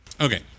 Okay